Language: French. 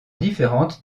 différente